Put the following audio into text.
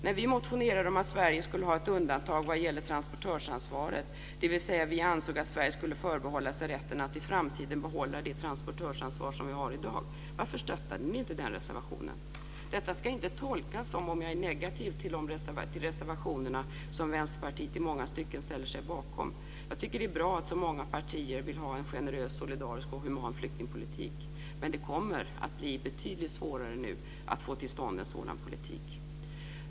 När vi motionerade om att Sverige skulle ha ett undantag vad gäller transportörsansvaret, dvs. vi ansåg att Sverige skulle förbehålla sig rätten att i framtiden behålla det transportörsansvar som vi har i dag, varför stöttade ni inte den reservationen? Detta ska inte tolkas som att jag är negativ till de reservationer som Vänsterpartiet i många stycken ställer sig bakom. Jag tycker att det är bra att så många partier vill ha en generös, solidarisk och human flyktingpolitik. Men det kommer att bli betydligt svårare nu att få till stånd en sådan politik.